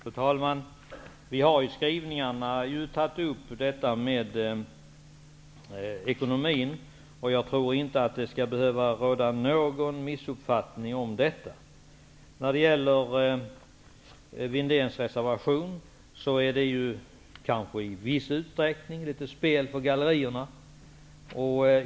Fru talman! Vi har ju i vår skrivning tagit upp ekonomin. Jag tror inte det skall behöva råda någon missuppfattning om den. Christer Windéns reservation kanske i viss utsträckning är ett spel för gallerierna.